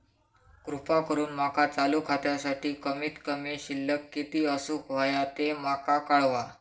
कृपा करून माका चालू खात्यासाठी कमित कमी शिल्लक किती असूक होया ते माका कळवा